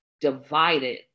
divided